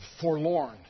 forlorn